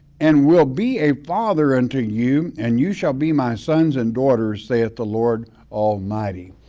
and will be a father unto you, and you shall be my sons and daughters, saith the lord almighty.